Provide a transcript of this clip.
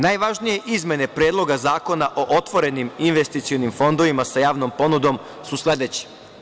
Najvažnije izmene Predloga zakona o otvorenim investicionim fondovima sa javnom ponudom su sledeći.